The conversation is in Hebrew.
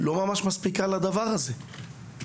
לא ממש מספיקה לדבר הזה.